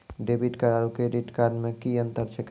Debit card आरू credit card मे कि अन्तर छैक?